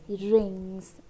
rings